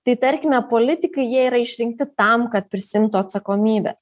tai tarkime politikai jie yra išrinkti tam kad prisiimtų atsakomybę